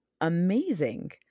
amazing